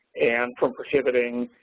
and from prohibiting